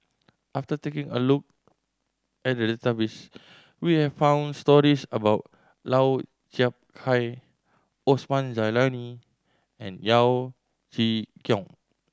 after taking a look at the database we have found stories about Lau Chiap Khai Osman Zailani and Yeo Chee Kiong